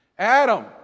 Adam